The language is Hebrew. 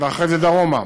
ואחרי זה דרומה.